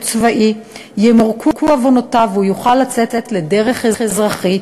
צבאי ימורקו עוונותיו והוא יוכל לצאת לדרכו האזרחית